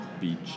beach